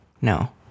no